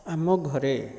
ଆମ ଘରେ